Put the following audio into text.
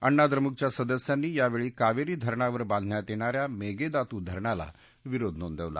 अण्णा द्रमुकच्या सदस्यांनी यावेळी कावेरी धरणावर बांधण्यात येणा या मेगेदातू धरणाला विरोध नोंदवला